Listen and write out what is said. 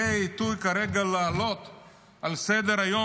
האם זה העיתוי כרגע להעלות על סדר-היום